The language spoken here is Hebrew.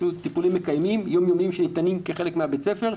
טיפולים מקיימים יום-יומיים שניתנים כחלק מבית הספר.